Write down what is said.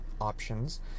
options